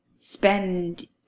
Spend